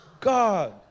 God